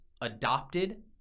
adopted